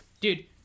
dude